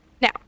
now